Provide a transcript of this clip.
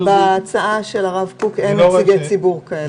בהצעה של הרב קוק אין נציגי ציבור כאלה.